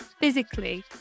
Physically